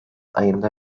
ayında